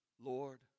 Lord